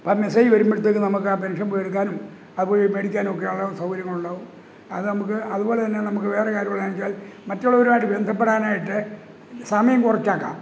അപ്പോൾ മെസ്സേജ് വരുമ്പോഴത്തേക്ക് നമുക്ക് ആ പെൻഷൻ പോയി എടുക്കാനും അത് പോയി മേടിക്കാനും ഒക്കെ ഉള്ള സൗകര്യങ്ങൾ ഉണ്ടാകും അത് നമുക്ക് അതുപോലെ തന്നെ നമുക്ക് വേറെ കാര്യങ്ങൾ എന്നുവെച്ചാൽ മറ്റുള്ളവരുമായിട്ട് ബന്ധപ്പെടാനായിട്ട് സമയം കുറച്ചാക്കാം